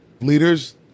leaders